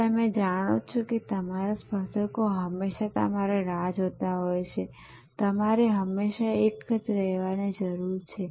જ્યાં તમે જાણો છો કે તમારા સ્પર્ધકો હંમેશા તમારી રાહ જોતા હોય છે તેથી તમારે હંમેશા એક જ રહેવાની જરૂર છે